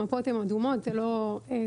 המפות הן אדומות; זה לא סוד,